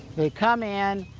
they come in,